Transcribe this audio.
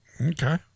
okay